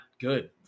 good